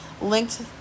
linked